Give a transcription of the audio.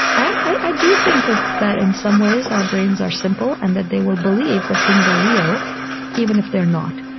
i do think that that in some ways our brains are simple and that they will believe that things are real even if they're not.